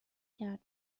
کرد